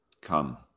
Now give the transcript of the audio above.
Come